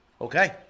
Okay